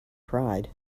pride